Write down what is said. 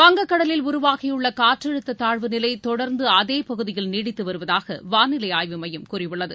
வங்கக் கடலில் உருவாகியுள்ள காற்றழுத்த தாழ்வு நிலை தொடர்ந்து அதே பகுதியில் நீடித்து வருவதாக வானிலை ஆய்வுமையம் கூறியுள்ளது